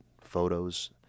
photos